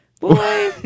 Boy